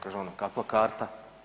Kaže on, a kakva karta?